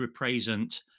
represent